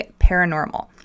paranormal